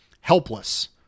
helpless